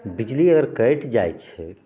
बिजली अगर कटि जाइ छै